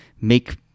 make